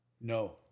No